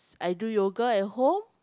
I do yoga at home